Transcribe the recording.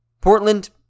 Portland